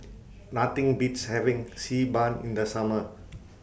Nothing Beats having Xi Ban in The Summer